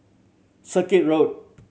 Circuit Road